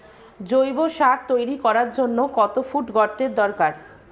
জৈব সার তৈরি করার জন্য কত ফুট গর্তের দরকার?